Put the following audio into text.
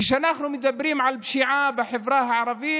כשאנחנו מדברים על פשיעה בחברה הערבית,